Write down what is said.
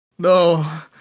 No